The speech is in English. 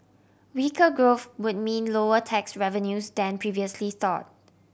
weaker growth would mean lower tax revenues than previously thought